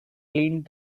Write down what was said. cleaned